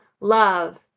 love